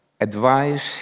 advice